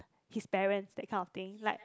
his parents that kind of thing like